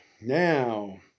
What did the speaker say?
Now